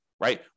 right